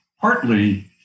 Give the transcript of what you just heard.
partly